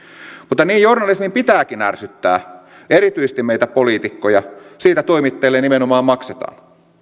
mutta niin journalismin pitääkin ärsyttää ja erityisesti meitä poliitikkoja siitä toimittajille nimenomaan maksetaan